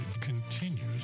continues